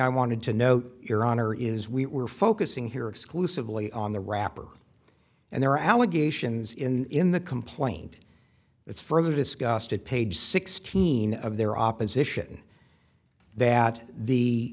i wanted to note your honor is we were focusing here exclusively on the wrapper and there are allegations in in the complaint it's further disgusted page sixteen of their opposition that the